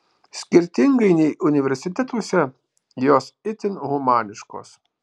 skirtingai nei universitetuose jos itin humaniškos